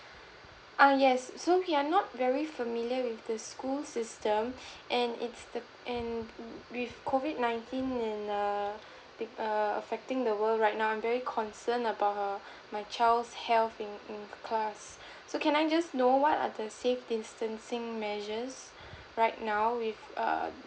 err yes so we are not very familiar with the school system and it's the and with COVID nineteen and a err affecting the world right now I'm very concern about her my child's health in in class so can I just know what are the safe distancing measures right now with err